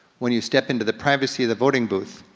when you step into the privacy of the voting booth,